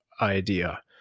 idea